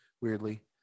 Weirdly